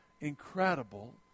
incredible